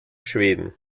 schweden